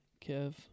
kev